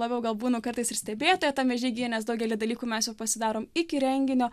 labiau gal būnu kartais ir stebėtoja tame žygyje nes daugelį dalykų mes jau pasidarom iki renginio